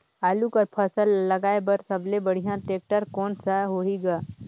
आलू कर फसल ल लगाय बर सबले बढ़िया टेक्टर कोन सा होही ग?